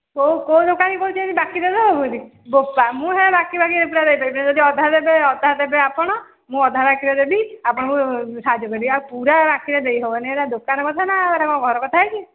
କେଉଁ କେଉଁ ଦୋକାନୀ କହୁଛନ୍ତି ବାକି ଦେଇଦେବ ବୋଲି ବୋପା ମୁଁ ହେ ବାକି ବାକି ଏ ପୁରା ଦେଇପାରବିନି ଯଦି ଅଧା ଦେବେ ଅଧା ଦେବେ ଆପଣ ମୁଁ ଅଧା ବାକିରେ ଦେବି ଆପଣଙ୍କୁ ସାହାଯ୍ୟବି ଆଉ ପୁରା ବାକିରେ ଦେଇ ହେବନି ଏଇଟା ଦୋକାନ କଥାନା ଆଉ ଏଇଟା କ'ଣ ମୋ ଘର କଥା ହୋଇଛି